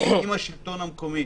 עם השלטון המקומי.